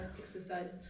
exercise